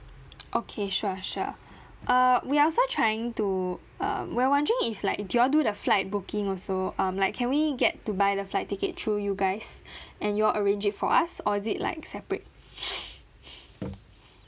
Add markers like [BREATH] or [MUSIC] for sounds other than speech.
[NOISE] okay sure sure [BREATH] err we also trying to uh we're wondering if like do y'all do the flight booking also um like can we get to buy the flight ticket through you guys [BREATH] and y'all arrange it for us or is it like separate [NOISE]